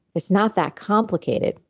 it's not that complicated.